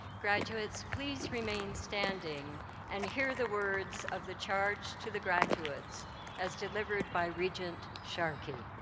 graduates, please remain standing and hear the words of the charge to the graduates as delivered by regent sharkey.